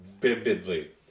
vividly